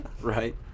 Right